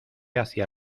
hacia